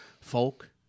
folk